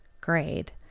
grade